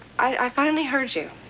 i finally heard you.